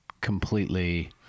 completely